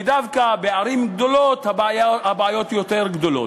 ודווקא בערים גדולות הבעיות יותר גדולות.